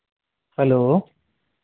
hello